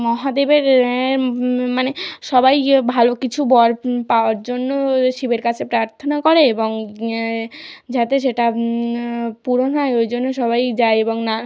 মহাদেবের এর মমানে সবাই ইয়ে ভালো কিছু বর পাওয়ার জন্য শিবের কাছে প্রার্থনা করে এবং যাতে সেটা পূরণ হয় ওই জন্য সবাই যায় এবং না